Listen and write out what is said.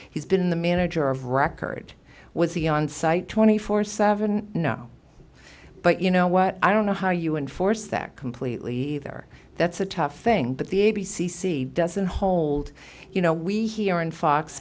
he's been the manager of record was he on site twenty four seven no but you know what i don't know how you enforce that completely either that's a tough thing but the a b c c doesn't hold you know we